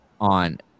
on